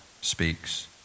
speaks